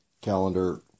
calendar